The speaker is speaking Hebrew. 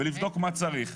ולבדוק מה צריך.